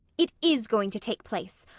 it is going to take place.